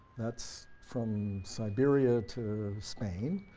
that's from siberia to spain